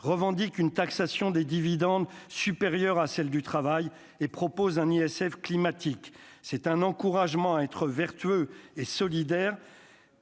revendique une taxation des dividendes supérieure à celle du travail et propose un ISF climatique, c'est un encouragement à être vertueux et solidaire